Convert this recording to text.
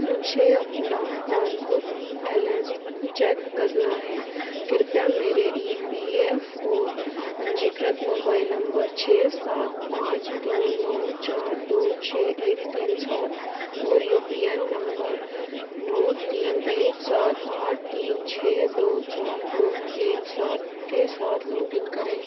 मुझे अपना passbook balance check करना है कृपया मेरे ई पी एफ़ ओ पंजीकृत मोबाइल नंबर छः सात पाँच दो नौ चार दो छः एक तीन सात और यू पी एन नंबर नौ तीन एक सात आठ तीन छः दो चार दो एक सात के साथ लॉग इन करें